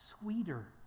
sweeter